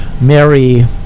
Mary